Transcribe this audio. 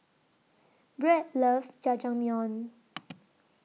Bret loves Jajangmyeon